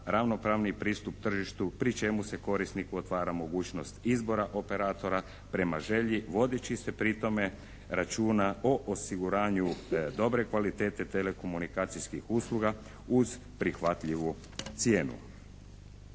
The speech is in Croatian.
ravnopravni pristup tržištu pri čemu se korisniku otvara mogućnost izbora operatora prema želji vodeći se pri tome računa o osiguranju dobre kvalitete telekomunikacijskih usluga uz prihvatljivu cijenu.